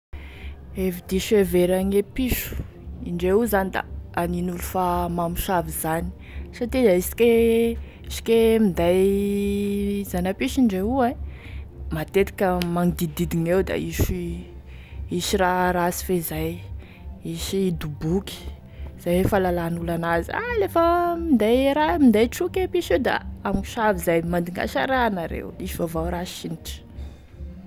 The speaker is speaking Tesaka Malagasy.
Hevi-diso hieveragne piso indreo io zany da anin'olo fa mamosavy zany satria aisake i isaky e minday zana-piso indreo io e matetiky ame magnodididign'eo da hisy hisy raha rasy feizay, hisy doboky, zay e falalan'olo an'azy a lefa minday a raha minday troky e piso io da a hamosavy zay, mandignasa raha anareo, hisy vaovao rasy sinitry.